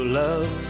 love